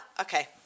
Okay